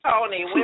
Tony